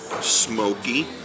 smoky